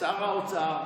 שר האוצר,